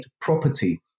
property